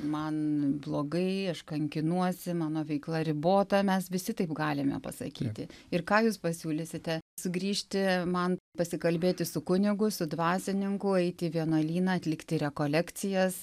man blogai aš kankinuosi mano veikla ribota mes visi taip galime pasakyti ir ką jūs pasiūlysite sugrįžti man pasikalbėti su kunigu su dvasininku eit į vienuolyną atlikti rekolekcijas